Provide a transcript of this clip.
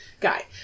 guy